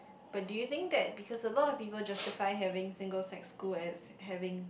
but do you think that because a lot of people justify having single sex school as having